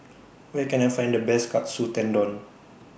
Where Can I Find The Best Katsu Tendon